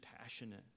passionate